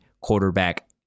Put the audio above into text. quarterback